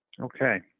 Okay